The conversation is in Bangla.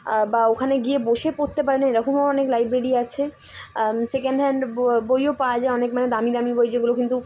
বা ওখানে গিয়ে বসে পড়তে পারেন এরকমও অনেক লাইব্রেরি আছে সেকেন্ড হ্যান্ড বইও পাওয়া যায় অনেক মানে দামি দামি বই যেগুলো কিন্তু